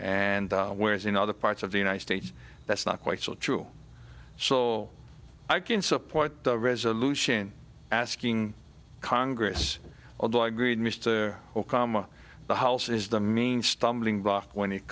and whereas in other parts of the united states that's not quite so true so i can support the resolution asking congress although i agreed mr okama the house is the main stumbling block when it